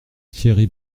thierry